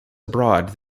abroad